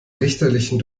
richterlichen